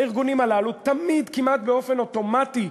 הארגונים הללו, תמיד, כמעט באופן אוטומטי,